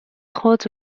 خود